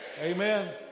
Amen